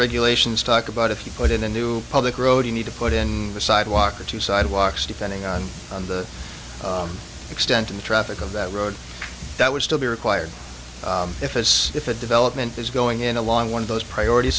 regulations talk about if you put in a new public road you need to put in a sidewalk or two sidewalks depending on on the extent and traffic of that road that would still be required if as if a development is going in along one of those priorit